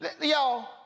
Y'all